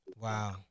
wow